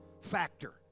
factor